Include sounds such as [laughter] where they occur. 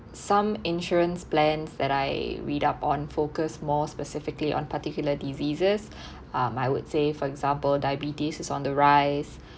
some insurance plans that I read up on focused more specifically on particular diseases [breath] um I would say for example diabetes is on the rise